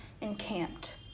encamped